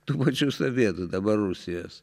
tų pačių sovietų dabar rusijos